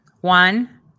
One